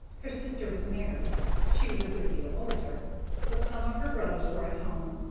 her sister was married she was a good deal older but some of her brothers were at home.